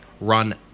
run